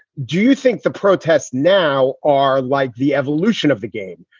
do you think the protests now are like the evolution of the game,